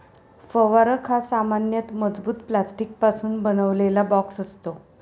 फवारक हा सामान्यतः मजबूत प्लास्टिकपासून बनवलेला बॉक्स असतो